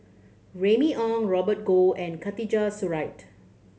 Remy Ong Robert Goh and Khatijah Surattee